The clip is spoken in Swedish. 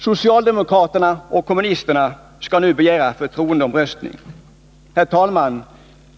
Socialdemokraterna och kommunisterna skall nu begära förtroendeomröstning. Herr talman!